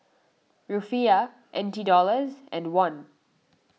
Rufiyaa N T dollars and won